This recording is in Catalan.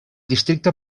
districte